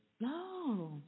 No